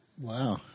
Wow